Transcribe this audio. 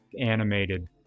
animated